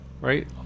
right